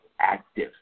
active